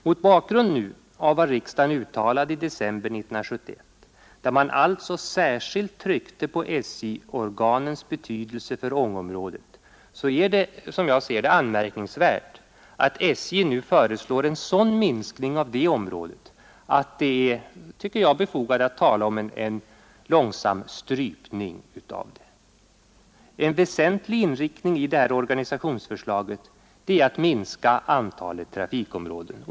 Mot bakgrunden av vad riksdagen uttalade i december 1971, när riksdagen särskilt tryckte på SJ-organens betydelse för Ångeområdet, är det enligt min mening anmärkningsvärt att SJ nu föreslår en sådan minskning av det område att jag tycker det är befogat att tala om en långsam strypning. En väsentlig inriktning i detta organisationsförslag är att minska antalet trafikområden.